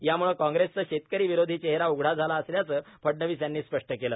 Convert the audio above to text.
यामुळे काँग्रेसचे शेतकरी विरोधी चेहरा उघडा झाला असल्याचे फडणवीस यांनी स्पष्ट केलं